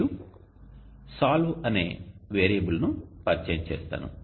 మరియు SOLVE అనే వేరియబుల్ను పరిచయం చేస్తాను